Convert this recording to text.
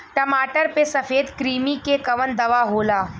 टमाटर पे सफेद क्रीमी के कवन दवा होला?